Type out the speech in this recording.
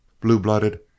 blue-blooded